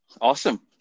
awesome